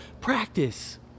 practice